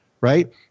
right